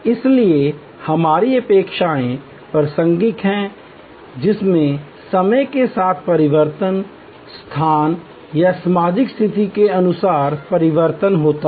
इसलिए हमारी अपेक्षाएँ प्रासंगिक हैं जिसमे समय के साथ परिवर्तन स्थान या सामाजिक स्थिति के अनुसार परिवर्तन होता है